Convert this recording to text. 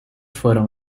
fueron